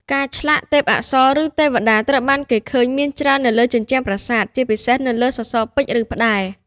ការឆ្លាក់ ទេពអប្សរ ឬ ទេវតា ត្រូវបានគេឃើញមានច្រើននៅលើជញ្ជាំងប្រាសាទ ជាពិសេសនៅលើសសរពេជ្រ ឬផ្តែរ។